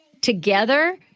together